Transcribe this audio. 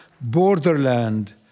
borderland